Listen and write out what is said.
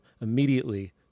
immediately